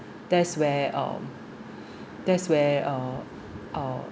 that’s where uh that’s where uh uh